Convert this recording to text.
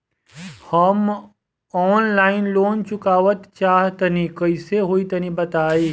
हम online loan चुकावल चाहऽ तनि कइसे होई तनि बताई?